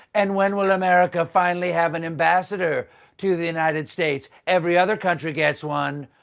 and when will america finally have an ambassador to the united states. every other country gets one.